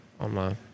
Online